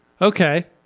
Okay